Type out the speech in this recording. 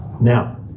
Now